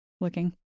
looking